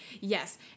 Yes